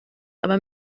aber